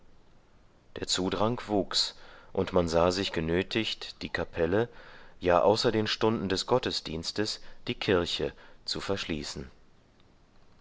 der zudrang wuchs und man sah sich genötigt die kapelle ja außer den stunden des gottesdienstes die kirche zu verschließen